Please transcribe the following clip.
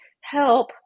help